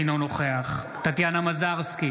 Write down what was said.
אינו נוכח טטיאנה מזרסקי,